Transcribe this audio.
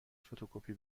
فتوکپی